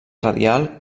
radial